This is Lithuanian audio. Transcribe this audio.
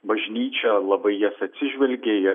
bažnyčia labai į jas atsižvelgė ir